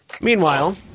Meanwhile